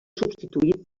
substituït